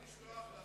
זה של מחר, של